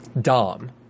Dom